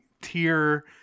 tier